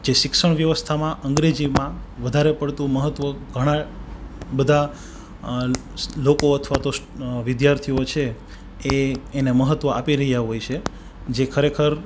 જે શિક્ષણ વ્યવસ્થામાં અંગ્રેજી માં વધારે પડતું મહત્વ ઘણાં બધાં લોકો અથવા તો વિદ્યાર્થીઓ છે એ એને મહત્વ આપી રહ્યા હોય સે જે ખરેખર